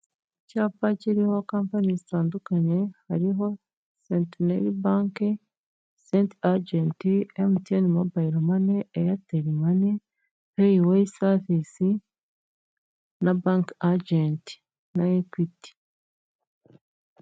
Icyapa kiriho kampani zitandukanye hariho setineri banki, senti agenti, emutiyene mobayiro mani, eyateri mani, payi weyi sevisi, na banki egenti na ekwiti.